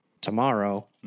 tomorrow